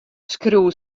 skriuw